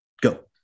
go